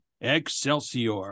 Excelsior